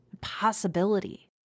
possibility